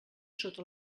sota